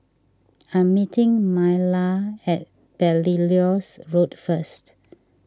I'm meeting Myla at Belilios Road first